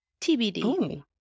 TBD